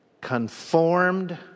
conformed